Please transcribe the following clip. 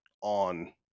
on